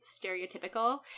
stereotypical